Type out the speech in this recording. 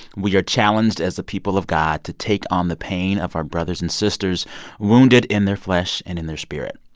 we are challenged as the people of god to take on the pain of our brothers and sisters wounded in their flesh and in their spirit.